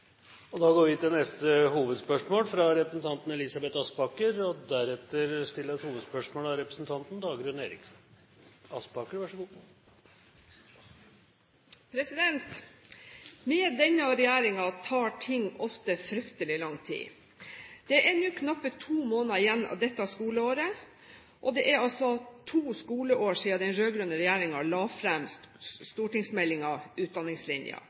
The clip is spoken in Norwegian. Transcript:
går til neste hovedspørsmål. Med denne regjeringen tar ting ofte fryktelig lang tid. Det er nå knappe to måneder igjen av dette skoleåret, og det er altså to skoleår siden den rød-grønne regjeringen la fram stortingsmeldingen Utdanningslinja.